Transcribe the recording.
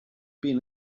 been